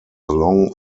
long